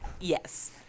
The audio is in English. Yes